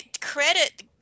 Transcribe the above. credit